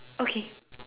okay